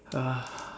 uh